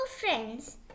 friends